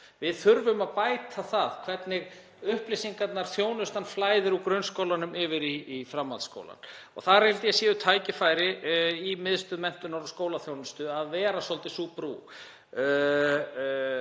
Við þurfum að bæta það hvernig upplýsingarnar og þjónustan flæða úr grunnskólunum í framhaldsskólann. Þar held ég að tækifæri séu í Miðstöð menntunar og skólaþjónustu til að vera svolítið sú brú.